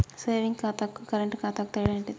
Saving ఖాతాకు current ఖాతాకు తేడా ఏంటిది?